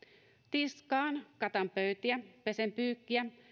tiskaan katan pöytiä pesen pyykkiä